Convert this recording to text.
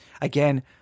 Again